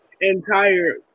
Entire